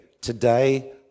Today